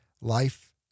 life